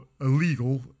illegal